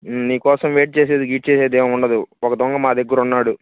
నీకోసం వైట్ చేసేది గీట్ చేసేది ఏమి ఉండదు ఒక దొంగ మా దగ్గర ఉన్నాడు